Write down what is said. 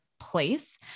place